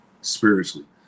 spiritually